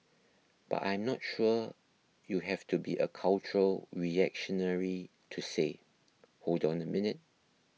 but I am not sure you have to be a cultural reactionary to say hold on a minute